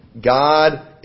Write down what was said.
God